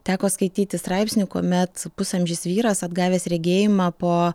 teko skaityti straipsnį kuomet pusamžis vyras atgavęs regėjimą po